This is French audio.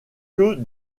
que